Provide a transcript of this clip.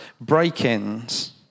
break-ins